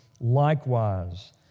Likewise